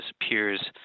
disappears